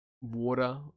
Water